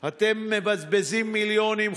אתם מבזבזים מיליונים,